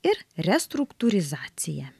ir restruktūrizacija